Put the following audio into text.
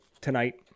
tonight